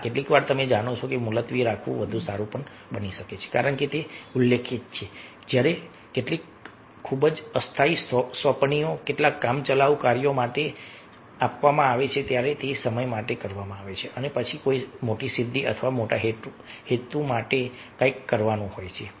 હા કેટલીકવાર તમે જાણો છો કે મુલતવી રાખવું વધુ સારું છે કારણ કે તે ઉલ્લેખિત છે કે જ્યારે કેટલીક ખૂબ જ અસ્થાયી સોંપણીઓ કેટલાક કામચલાઉ કાર્યો કરવા માટે આપવામાં આવે છે અને તે સમય માટે કરવામાં આવે છે અને પછી કોઈ મોટી સિદ્ધિ અથવા મોટા હેતુ માટે કંઈક કરવાનું છે